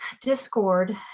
discord